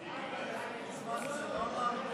יש משהו שלא אמרת